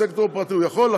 בסקטור הפרטי הוא יכול,